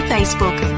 Facebook